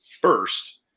first